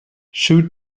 shoot